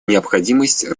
необходимость